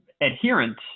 adherent